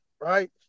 Right